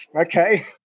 Okay